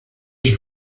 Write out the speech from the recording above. sus